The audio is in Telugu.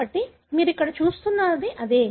కాబట్టి మీరు ఇక్కడ చూస్తున్నది అదే